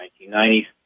1990s